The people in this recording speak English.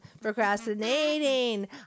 procrastinating